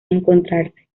encontrarse